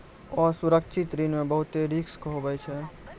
असुरक्षित ऋण मे बहुते रिस्क हुवै छै